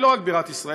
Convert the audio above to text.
היא לא רק בירת ישראל,